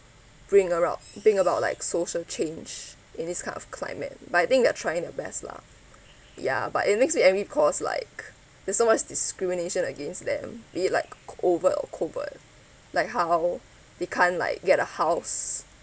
bring a lot bring a lot like social change in this kind of climate but I think they are trying their best lah ya but it makes in every cause like there's so much discrimination against them be it like overt or covert like how they can't like get a house